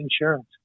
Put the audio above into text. insurance